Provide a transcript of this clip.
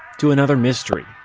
to another mystery,